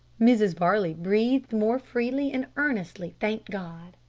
mrs varley breathed more freely, and earnestly thanked god